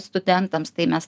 studentams tai mes